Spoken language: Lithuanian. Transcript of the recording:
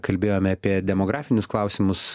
kalbėjome apie demografinius klausimus